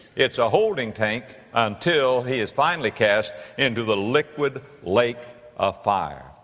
it's a holding tank until he is finally cast into the liquid lake of fire.